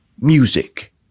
music